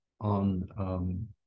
on